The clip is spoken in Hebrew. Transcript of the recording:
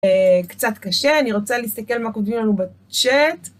קצת קשה, אני רוצה להסתכל מה כותבים לנו בצ'אט.